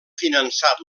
finançat